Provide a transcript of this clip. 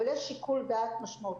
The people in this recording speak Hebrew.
אבל יש שיקול דעת משמעותי.